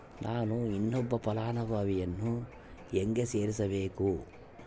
ನಾನು ಇನ್ನೊಬ್ಬ ಫಲಾನುಭವಿಯನ್ನು ಹೆಂಗ ಸೇರಿಸಬೇಕು?